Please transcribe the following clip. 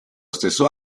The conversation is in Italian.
stesso